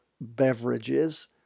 beverages